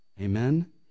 Amen